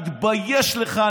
תתבייש לך,